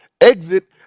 exit